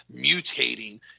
mutating